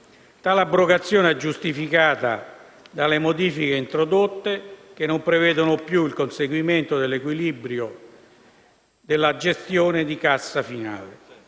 Tale abrogazione è giustificata dalle modifiche introdotte che non prevedono più il conseguimento dell'equilibrio della gestione di cassa finale.